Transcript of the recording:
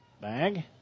bag